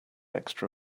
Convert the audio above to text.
extra